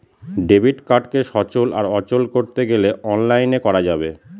debit কার্ডকে সচল আর অচল করতে গেলে অনলাইনে করা যাবে